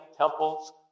temples